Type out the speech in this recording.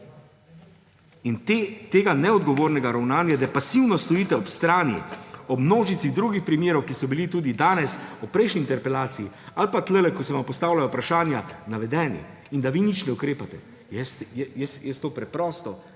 In tega neodgovornega ravnanja, da pasivno stojite ob strani ob množici drugih primerov, ki so bili tudi danes, ob prejšnji interpelaciji ali pa tukaj, ko se vam postavljajo vprašanja, navedeni in da vi nič ne ukrepate, jaz preprosto